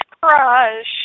crush